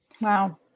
Wow